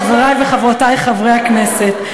חברי וחברותי חברי הכנסת,